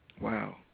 Wow